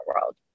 world